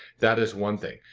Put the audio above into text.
that is one thing.